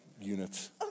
units